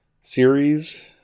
series